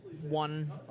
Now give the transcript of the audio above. one